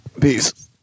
Peace